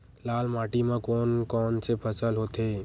लाल माटी म कोन कौन से फसल होथे?